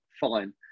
Fine